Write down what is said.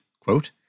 Quote